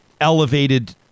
elevated